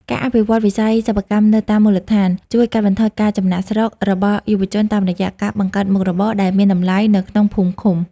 ការអភិវឌ្ឍវិស័យសិប្បកម្មនៅតាមមូលដ្ឋាន ជួយកាត់បន្ថយការចំណាកស្រុករបស់យុវជនតាមរយៈការបង្កើតមុខរបរដែលមានតម្លៃនៅក្នុងភូមិឃុំ។